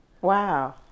Wow